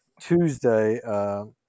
Tuesday